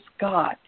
God